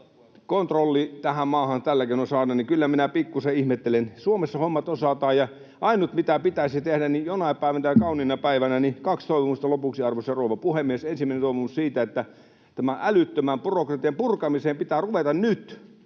kontrolli tähän maahan tälläkin keinoin saada. Kyllä minä pikkuisen ihmettelen. Suomessa hommat osataan, ja ainut, mitä pitäisi tehdä, jonain päivänä, kauniina päivänä, siitä kaksi toivomusta lopuksi, arvoisa rouva puhemies: Ensimmäinen toivomus on siitä, että tämän älyttömän byrokratian purkamiseen pitää ruveta nyt.